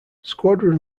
squadron